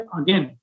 again